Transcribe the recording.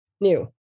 new